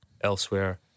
Elsewhere